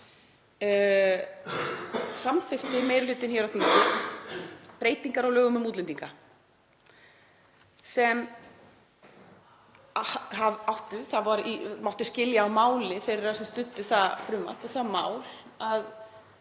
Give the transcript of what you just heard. samþykkti meiri hlutinn hér á þingi breytingar á lögum um útlendinga. Það mátti skilja á máli þeirra sem studdu það frumvarp og það mál